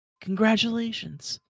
congratulations